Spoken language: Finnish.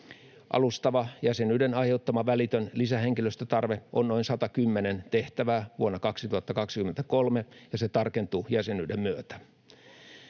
Alustava jäsenyyden aiheuttama välitön lisähenkilöstötarve on noin 110 tehtävää vuonna 2023, ja se tarkentuu jäsenyyden myötä.